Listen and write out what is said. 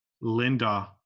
Linda